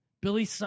Billy